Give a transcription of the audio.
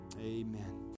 amen